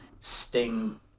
Sting